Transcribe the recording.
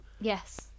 yes